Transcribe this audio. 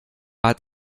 hat